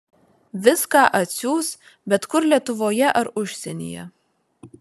viską atsiųs bet kur lietuvoje ar užsienyje